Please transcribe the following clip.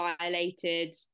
violated